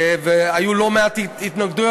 והיו לא מעט התנגדויות,